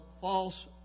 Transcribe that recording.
false